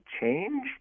change